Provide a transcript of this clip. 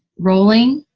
rolling.